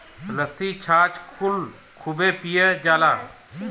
लस्सी छाछ कुल खूबे पियल जाला